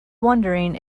wondering